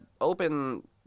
open